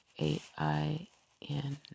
a-i-n